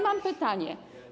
Mam pytanie.